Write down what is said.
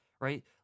Right